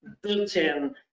built-in